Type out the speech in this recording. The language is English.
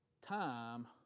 time